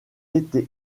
été